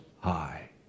High